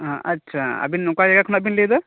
ᱟᱸᱦᱟᱸ ᱟᱪᱪᱷᱟ ᱟᱹᱵᱤᱱ ᱚᱠᱟ ᱡᱟᱭᱜᱟ ᱠᱷᱚᱱ ᱵᱤᱱ ᱞᱟ ᱭ ᱮᱫᱟ